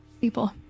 people